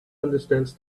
understands